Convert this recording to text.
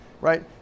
right